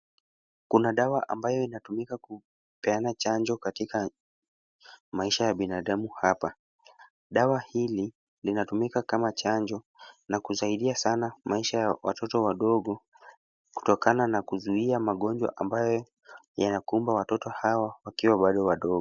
Kuna dawa ambayo inatumika kupeana chanjo katika maisha ya binadamu hapa. Dawa hili linatumika kama chanjo na kusaidia sana maisha ya watoto wadogo kutokana na kuzuia magonjwa ambayo yanakumba watoto hawa wakiwa bado wadogo.